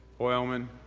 hoylman,